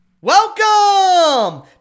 Welcome